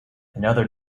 another